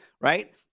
right